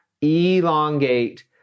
elongate